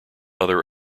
other